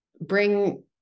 bring